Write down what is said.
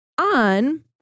on